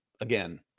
again